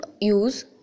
use